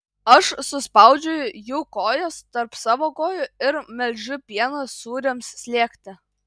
aš suspaudžiu jų kojas tarp savo kojų ir melžiu pieną sūriams slėgti